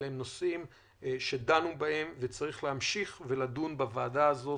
היא סוגיה שדנו בה וצריך להמשיך ולדון בה בוועדה הזאת.